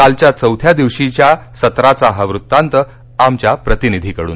कालच्या चौथ्या दिवशीच्या सत्राचा हा वुत्तांत आमच्या प्रतिनिधीकडून